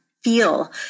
feel